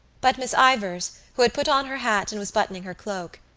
but miss ivors, who had put on her hat and was buttoning her cloak,